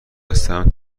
هستم